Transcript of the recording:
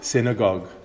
Synagogue